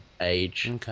age